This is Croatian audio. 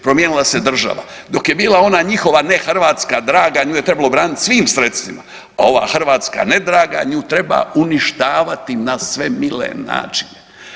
Promijenila se država, dok je bila ona njihova nehrvatska draga, nju je trebalo braniti svim sredstvima, a ova Hrvatska nedraga, nju treba uništavati na sve mile načine.